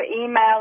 email